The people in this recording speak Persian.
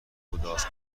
بوداز